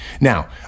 Now